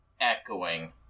echoing